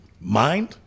mind